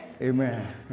Amen